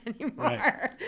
anymore